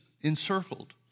encircled